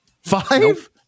Five